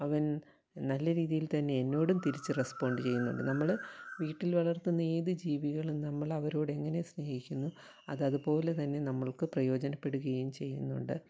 അവൻ നല്ല രീതിയിൽത്തന്നെ എന്നോടും തിരിച്ച് റെസ്പോണ്ട് ചെയ്യുന്നുണ്ട് നമ്മൾ വീട്ടിൽ വളർത്തുന്ന ഏത് ജീവികളും നമ്മൾ അവരോടെങ്ങനെ സ്നേഹിക്കുന്നു അത് അതുപോലെ തന്നെ നമ്മൾക്ക് പ്രയോജനപ്പെടുകയും ചെയ്യുന്നുണ്ട്